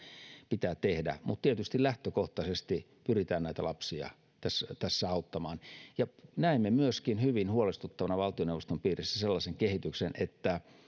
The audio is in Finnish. pitää tehdä mutta tietysti lähtökohtaisesti pyritään näitä lapsia tässä tässä auttamaan näemme myöskin hyvin huolestuttavana valtioneuvoston piirissä sellaisen kehityksen että